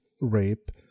rape